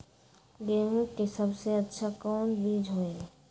गेंहू के सबसे अच्छा कौन बीज होई?